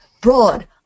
broad